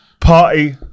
Party